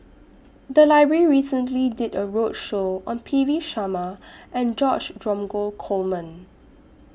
The Library recently did A roadshow on P V Sharma and George Dromgold Coleman